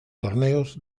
torneos